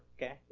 Okay